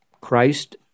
Christ